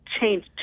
change